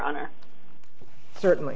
honor certainly